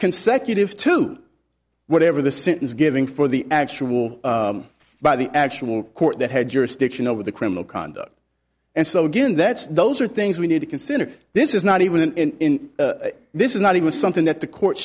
consecutive to whatever the sentence given for the actual by the actual court that had jurisdiction over the criminal conduct and so again that's those are things we need to consider this is not even this is not even something that the court